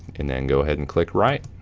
and then go ahead and click write.